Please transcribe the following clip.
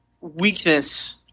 weakness